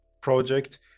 project